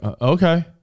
okay